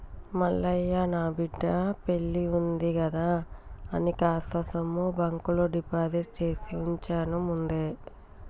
మల్లయ్య నా బిడ్డ పెల్లివుంది కదా అని కాస్త సొమ్ము బాంకులో డిపాజిట్ చేసివుంచాను ముందే